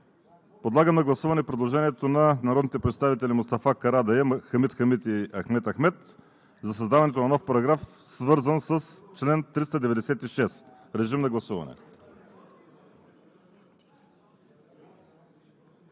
Подлагам на гласуване предложението на народните представители Мустафа Карадайъ, Хамид Хамид и Ахмед Ахмедов за създаването на нов параграф, свързан с промяна на чл.